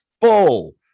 full